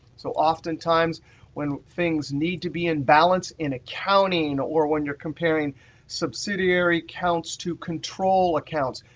so often times when things need to be in balance in accounting or when you're comparing subsidiary counts to control accounts,